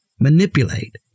manipulate